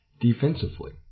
defensively